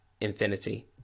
Infinity